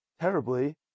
terribly